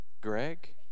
Greg